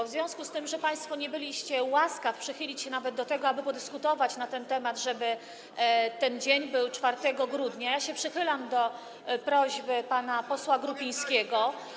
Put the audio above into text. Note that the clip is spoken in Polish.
W związku z tym, że państwo nie byliście łaskawi przychylić się nawet do tego, aby podyskutować na ten temat, żeby ten dzień przypadał 4 grudnia, przychylam się do prośby pana posła Grupińskiego.